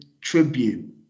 tribute